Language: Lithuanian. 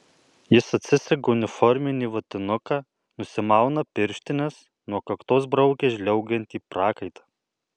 jis atsisega uniforminį vatinuką nusimauna pirštines nuo kaktos braukia žliaugiantį prakaitą